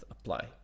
apply